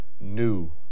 new